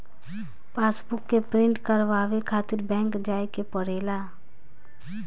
passbook के print करवावे खातिर बैंक जाए के पड़ेला